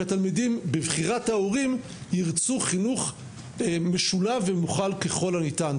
כי התלמידים בבחירת ההורים ירצו חינוך משולב ומוכל ככל הניתן.